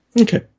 Okay